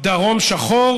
דרום שחור